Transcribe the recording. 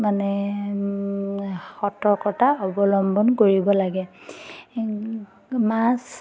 মানে সতৰ্কতা অৱলম্বন কৰিব লাগে মাছ